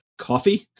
coffee